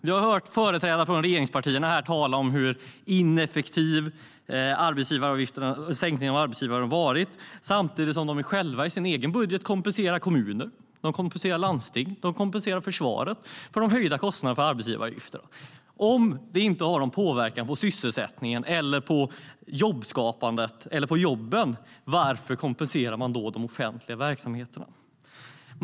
Vi har hört företrädare från regeringspartierna här tala om hur ineffektiv sänkningen av arbetsgivaravgifterna har varit samtidigt som de själva i sin egen budget kompenserar kommuner, landsting och försvaret för de höjda kostnaderna för arbetsgivaravgiften. Om det inte har någon påverkan på sysselsättningen, på jobbskapandet eller på jobben - varför kompenserar man då de offentliga verksamheterna?